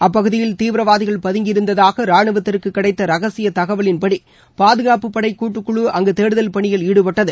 அப்பகுதியில் தீவிரவாதிகள் பதுங்கியிருந்ததாக ரானுவத்திற்கு கிடைத்த ரகசிய தகவலின்படி பாதுகாப்புப்படை கூட்டுக்குழு அங்கு தேடுதல் பணியில் ஈடுப்பட்டது